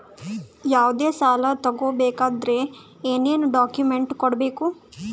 ಯಾವುದೇ ಸಾಲ ತಗೊ ಬೇಕಾದ್ರೆ ಏನೇನ್ ಡಾಕ್ಯೂಮೆಂಟ್ಸ್ ಕೊಡಬೇಕು?